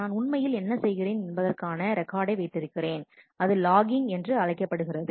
நான் உண்மையில் என்ன செய்கிறேன் என்பதற்கான ரெக்கார்டை வைத்திருக்கிறேன் அது லாகிங் என்று அழைக்கப்படுகிறது